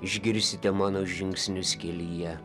išgirsite mano žingsnius kelyje